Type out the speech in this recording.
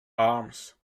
arms